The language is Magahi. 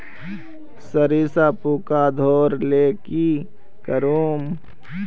सरिसा पूका धोर ले की करूम?